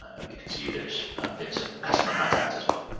and we can see there's been some customer contact as well.